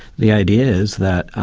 the idea is that